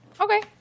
okay